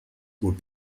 were